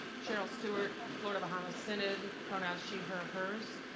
cheryl stuart, florida-bahamas synod, pronouns she, her, hers.